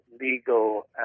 legal